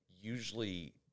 usually